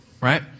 right